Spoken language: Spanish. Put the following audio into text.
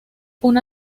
una